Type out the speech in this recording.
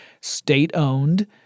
state-owned